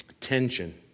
tension